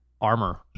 armor